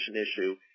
issue